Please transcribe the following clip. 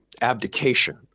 abdication